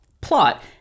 plot